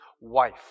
wife